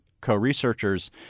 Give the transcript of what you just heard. co-researchers